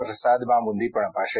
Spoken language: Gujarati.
પ્રસાદમાં બુંદી પણ અપાશે